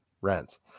rents